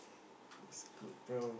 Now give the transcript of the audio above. that's good bro